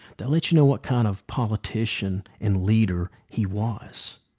that let you know what kind of politician and leader he was.